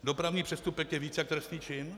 Dopravní přestupek je víc jak trestný čin?